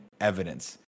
evidence